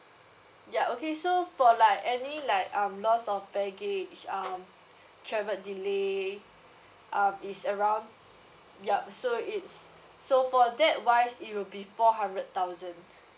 yup okay so for like any like um lost of baggage um travel delay um is around yup so it's so for that wise it will be four hundred thousand